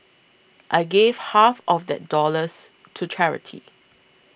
I gave half of that dollars to charity